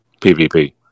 PvP